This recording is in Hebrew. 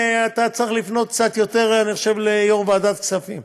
אני חושב שאתה צריך לפנות קצת יותר ליושב-ראש ועדת הכספים.